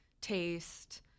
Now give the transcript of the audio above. Taste